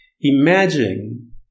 Imagine